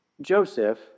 Joseph